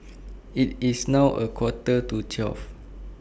IT IS now A Quarter to twelve